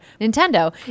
Nintendo